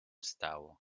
stało